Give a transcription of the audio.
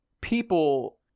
people